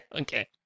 okay